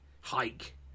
Hike